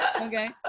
okay